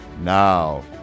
now